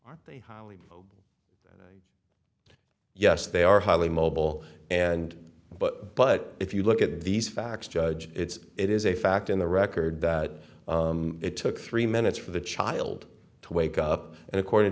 are they yes they are highly mobile and but but if you look at these facts judge it is a fact in the record that it took three minutes for the child to wake up and according